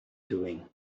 doing